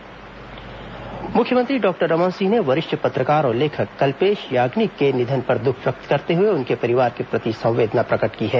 कल्पेश याग्निक निधन मुख्यमंत्री डॉक्टर रमन सिंह ने वरिष्ठ पत्रकार और लेखक कल्पेश याग्निक के निधन पर दुख व्यक्त करते हुए उनके परिवार के प्रति संवेदना प्रकट की है